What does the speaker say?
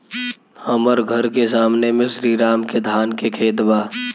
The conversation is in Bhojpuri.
हमर घर के सामने में श्री राम के धान के खेत बा